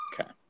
Okay